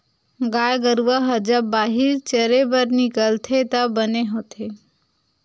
गाय गरूवा ह जब बाहिर चरे बर निकलथे त बने होथे